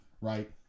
right